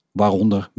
waaronder